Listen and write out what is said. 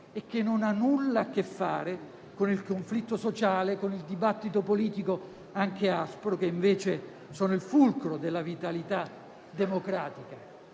e che non ha nulla a che fare con il conflitto sociale né con il dibattito politico, anche aspro, che invece sono il fulcro della vitalità democratica.